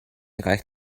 reicht